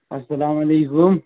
اَسلامُ علیکُم